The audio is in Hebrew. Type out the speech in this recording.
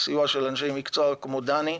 בסיוע של אנשי מקצוע כמו דני,